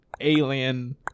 alien